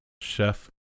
chef